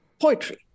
poetry